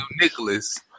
Nicholas